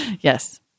Yes